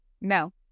no